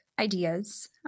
ideas